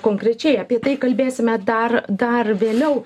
konkrečiai apie tai kalbėsime dar dar vėliau